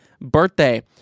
birthday